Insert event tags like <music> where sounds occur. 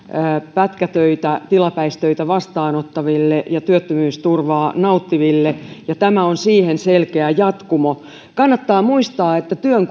pätkätöitä ja tilapäistöitä vastaanottaville ja työttömyysturvaa nauttiville ja tämä on siihen selkeä jatkumo kannattaa muistaa että työn <unintelligible>